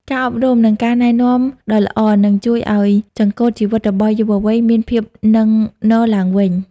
ការអប់រំ និងការណែនាំដ៏ល្អ នឹងជួយឱ្យចង្កូតជីវិតរបស់យុវវ័យមានភាពនឹងនឡើងវិញ។